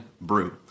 brew